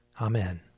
Amen